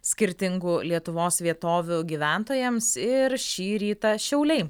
skirtingų lietuvos vietovių gyventojams ir šį rytą šiauliai